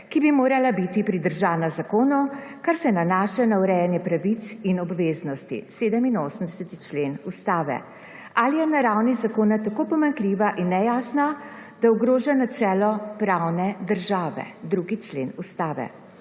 ki bi morala biti pridržana zakonu, kar se nanaša na urejanje pravic in obveznosti, 87. člen Ustave, ali je na ravni zakona tako pomanjkljiva in nejasna, da ogroža načelo pravne države, 2. člen Ustave,